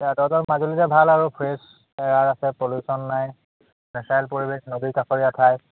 এতিয়া তহঁতৰ মাজুলীতে ভাল আৰু ফ্ৰেছ এয়াৰ আছে পল্যুশ্যন নাই নেচাৰেল পৰিৱেশ নদী কষৰীয়া ঠাই